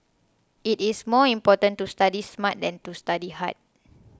it is more important to study smart than to study hard